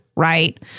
Right